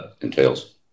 entails